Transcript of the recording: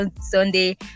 Sunday